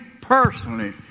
personally